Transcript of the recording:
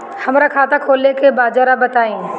हमरा खाता खोले के बा जरा बताई